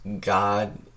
God